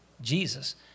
Jesus